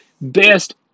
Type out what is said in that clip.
best